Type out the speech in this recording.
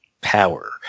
power